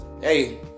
hey